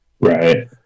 Right